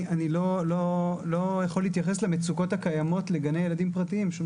אני לא יכול להתייחס למצוקות הקיימות לגני ילדים פרטיים משום